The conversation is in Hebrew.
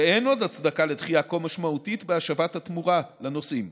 ואין עוד הצדקה לדחייה כה משמעותית בהשבת התמורה לנוסעים.